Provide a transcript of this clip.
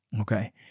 okay